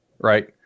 right